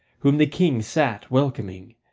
whom the king sat welcoming,